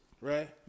right